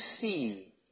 see